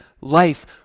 life